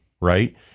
right